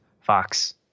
Fox